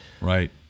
right